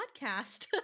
podcast